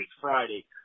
Friday